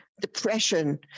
depression